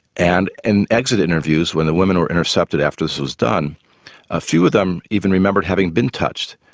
and in exit interviews when the women were intercepted after this was done a few of them even remembered having been touched.